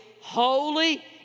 holy